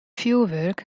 fjurwurk